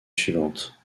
suivante